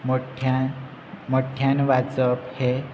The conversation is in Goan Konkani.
मोठ्या मोठ्यान वाचप हे